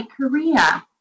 Korea